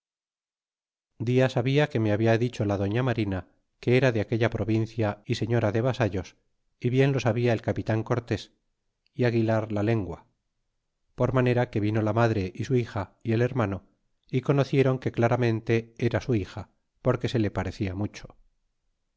habia que me habla dicho la doña marina que era de aquella provincia y señora de vasallos y bien lo sabia el capitan cortés y aguilar la lengua por manera que vino la madre y su hija y el hermano y conocieron que claramente era su bija porque se le parecía mucho